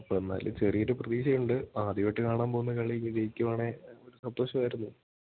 അപ്പോൾ എന്നാലും ചെറിയൊരു പ്രതീക്ഷയുണ്ട് ആദ്യമായിട്ട് കാണാൻ പോകുന്ന കളി വിജയിക്കുവാണേൽ ഒരു സന്തോഷമായിരുന്നു